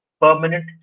permanent